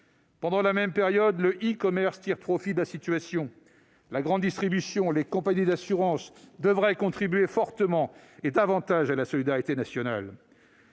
Pendant la même période, le e-commerce tire profit de la situation. La grande distribution, les compagnies d'assurances devraient contribuer fortement et davantage à la solidarité nationale.